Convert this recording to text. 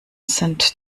sind